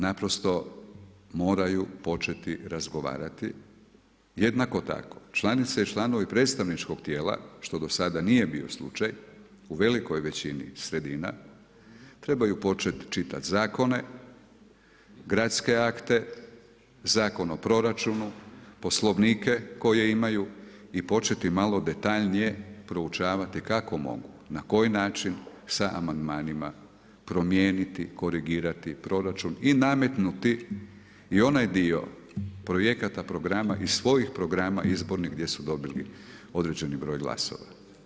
Naprosto moraju početi razgovarati, jednako tako članice i članovi predstavničkog tijela što do sada nije bio slučaj u velikoj većini sredina trebaju početi čitati zakone, gradske akte, zakon o proračunu, poslovnike koje imaju i početi malo detaljnije proučavati kako mogu, na koji način sa amandmanima promijeniti, korigirati proračun i nametnuti i onaj dio projekata, programa iz svojih programa gdje su dobili određeni broj glasova.